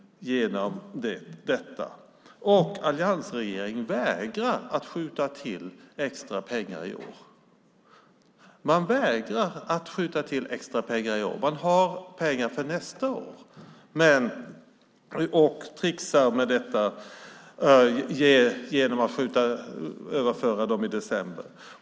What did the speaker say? Samtidigt vägrar alliansregeringen att skjuta till extra pengar i år. Det finns pengar för nästa år och man tricksar med pengarna genom att överföra dem i december.